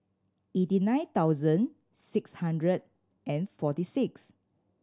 eighty nine thousand six hundred and forty six